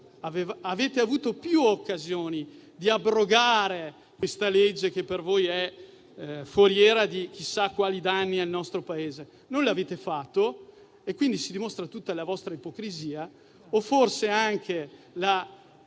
Avete avuto più occasioni di abrogare questa legge, che per voi è foriera di chissà quali danni al nostro Paese. Non l'avete fatto e quindi si dimostra tutta la vostra ipocrisia, o forse anche la